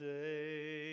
day